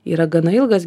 yra gana ilgas